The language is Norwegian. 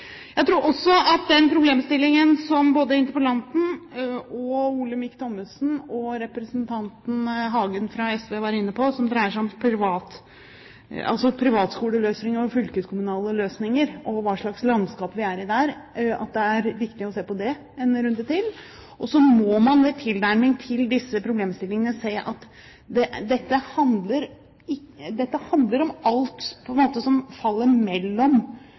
Jeg tror også at det er viktig å ta en runde til og se på den problemstillingen som både interpellanten, Olemic Thommessen og representanten Aksel Hagen fra SV var inne på, som dreier seg om privatskoleløsning og fylkeskommunale løsninger, og hva slags landskap vi er i der. Så må man ved tilnærming til disse problemstillingene se at dette handler om alt som på en måte faller